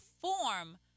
form